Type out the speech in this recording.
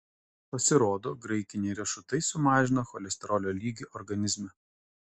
pasirodo graikiniai riešutai sumažina cholesterolio lygį organizme